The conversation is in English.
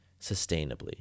Sustainably